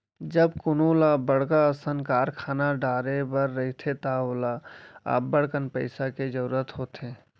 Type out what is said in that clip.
जब कोनो ल बड़का असन कारखाना डारे बर रहिथे त ओला अब्बड़कन पइसा के जरूरत होथे